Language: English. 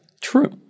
True